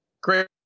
Great